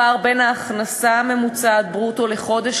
הפער בין ההכנסה הממוצעת ברוטו לחודש